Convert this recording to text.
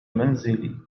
منزلي